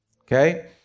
Okay